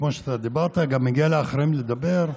כמו שאתה דיברת, מגיע גם לאחרים לדבר.